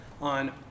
on